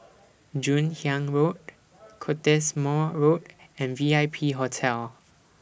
Joon Hiang Road Cottesmore Road and V I P Hotel